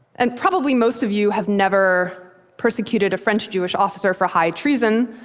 and probably most of you have never persecuted a french-jewish officer for high treason,